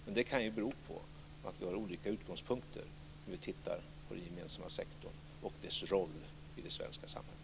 Men det kan ju bero på att vi har olika utgångspunkter när vi ser på den gemensamma sektorn och dess roll i det svenska samhället.